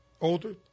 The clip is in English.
older